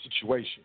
situation